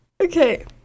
Okay